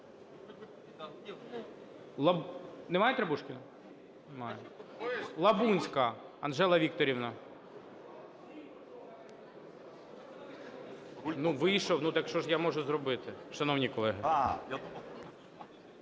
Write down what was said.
Немає Требушкіна? Немає. Лабунська Анжела Вікторівна. Ну, вийшов, ну, так що ж я можу зробити, шановні колеги?